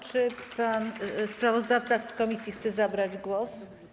Czy pan sprawozdawca komisji chce zabrać głos?